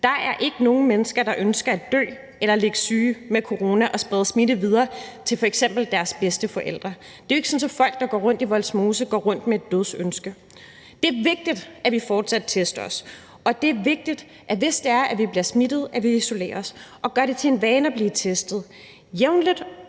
Der er ikke nogen mennesker, der ønsker at dø eller ligge syge med corona og sprede smitte videre til f.eks. deres bedsteforældre. Det er jo ikke sådan, at folk, der går rundt i Vollsmose, går rundt med et dødsønske. Det er vigtigt, at vi fortsat tester os, og det er vigtigt, hvis vi bliver smittet, at vi isolerer os, og at vi gør det til en vane at blive testet jævnligt